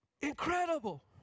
incredible